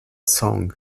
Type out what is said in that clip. song